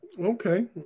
okay